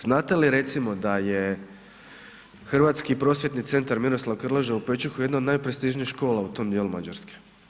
Znate li recimo da je Hrvatski prosvjetni centar „Miroslav Krleža“ u Pečuhu jedno od najprestižnijih škola u tom djelu Mađarske?